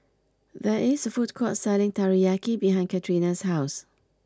there is a food court selling Teriyaki behind Catrina's house